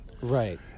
right